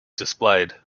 displayed